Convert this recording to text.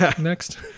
next